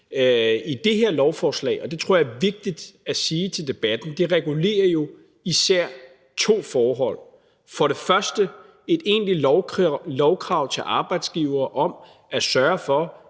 Det her lovforslag, og det tror jeg er vigtigt at sige til debatten, regulerer jo især to forhold. Som det første er der et egentligt lovkrav til arbejdsgivere om at sørge for,